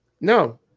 No